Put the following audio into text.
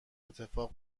اتفاق